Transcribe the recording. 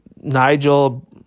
Nigel